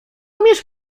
umiesz